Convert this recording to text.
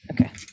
Okay